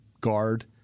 guard